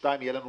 ושתיים תהיה לנו